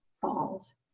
falls